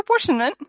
proportionment